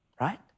right